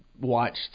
watched